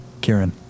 Kieran